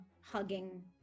hugging